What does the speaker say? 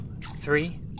three